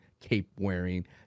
cape-wearing